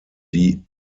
die